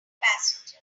passengers